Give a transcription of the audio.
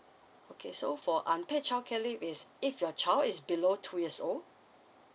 okay so for unpaid childcare leave is if your child is below two years old